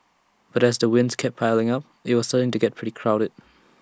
but as the wins kept piling up IT was starting to get pretty crowded